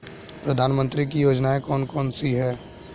प्रधानमंत्री की योजनाएं कौन कौन सी हैं?